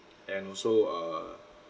and also err